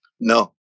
No